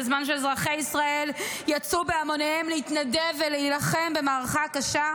בזמן שאזרחי ישראל יצאו בהמוניהם להתנדב ולהילחם במערכה הקשה,